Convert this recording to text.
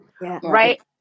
Right